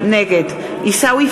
נגד עיסאווי